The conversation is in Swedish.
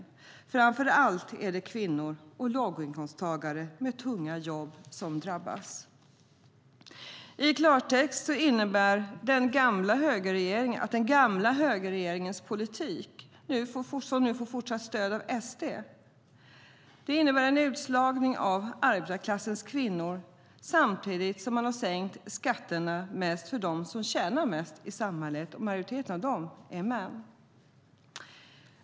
Framför allt är det kvinnor och låginkomsttagare med tunga jobb som drabbas. I klartext innebär den gamla högerregeringens politik, som nu får fortsatt stöd av Sverigedemokraterna, en utslagning av arbetarklassens kvinnor, samtidigt som man har sänkt skatterna mest för dem som tjänar mest i samhället. Majoriteten av dem är män.